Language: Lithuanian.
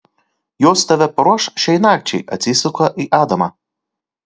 jos tave paruoš šiai nakčiai atsisuka į adamą